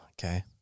okay